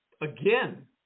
Again